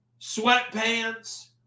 sweatpants